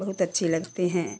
बहुत अच्छी लगती हैं